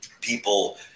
people